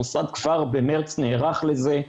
המוסד כבר במרס נערך לזה,